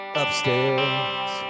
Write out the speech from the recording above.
upstairs